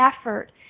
effort